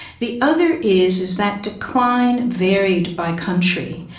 the other is is that decline varied by country.